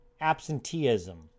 absenteeism